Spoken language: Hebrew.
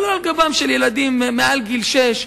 אבל לא על גבם של ילדים מעל גיל שש,